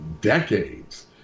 decades